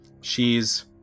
She's-